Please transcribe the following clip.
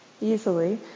Easily